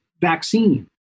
vaccine